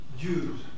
Jews